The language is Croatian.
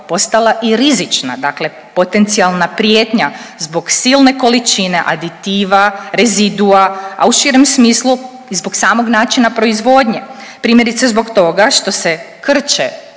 postala i rizična dakle potencijalna prijetnja zbog silne količine aditiva, rezidua, a u širem smislu i zbog samog načina proizvodnje. Primjerice zbog toga što se krče